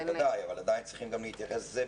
בוודאי, אבל עדיין צריכים גם להתייחס לזה,